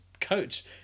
Coach